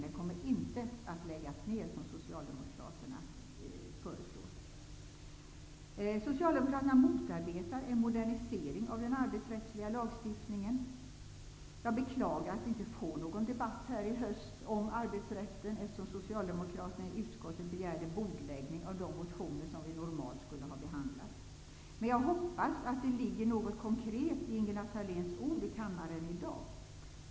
Den kommer inte att läggas ned, som Socialdemokraterna motarbetar en modernisering av den arbetsrättsliga lagstiftningen. Jag beklagar att vi inte får någon debatt här i höst om arbetsrätten, eftersom Socialdemokraterna i utskottet begärde bordläggning av de motioner som vi normalt skulle ha behandlat. Men jag hoppas att det ligger något konkret i Ingela Thale ns ord i kammaren i dag.